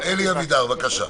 אלי אבידר, בבקשה.